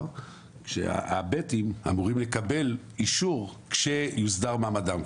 שהב' אמורים לקבל אישור כשיוסדר מעמדם,